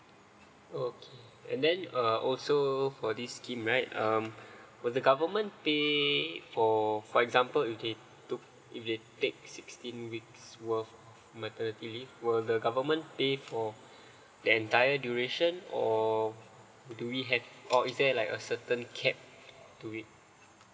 oh okay and then uh also for this scheme right um were the government for for example if they took if they takes sixteen weeks worth maternity leave were the government pay for the entire duration or do we have or is there like a certain cap to it